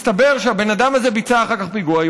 מסתבר שהבן אדם הזה ביצע אחר כך פיגוע,